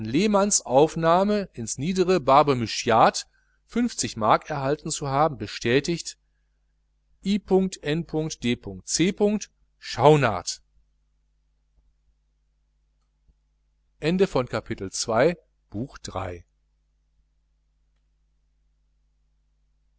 lehmanns aufnahme ins niedere barbe mark erhalten zu haben bestätigt i n d c schaunard